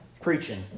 preaching